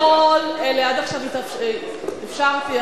עד עכשיו אפשרתי,